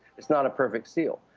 it's not a perfect seal.